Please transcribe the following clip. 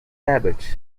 habits